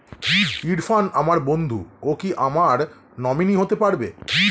ইরফান আমার বন্ধু ও কি আমার নমিনি হতে পারবে?